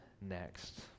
next